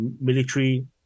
military